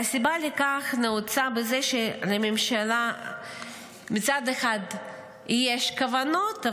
והסיבה לכך נעוצה בזה שלממשלה מצד אחד יש כוונות,